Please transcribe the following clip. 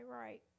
right